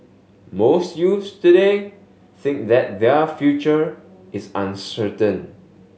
most youths today think that their future is uncertain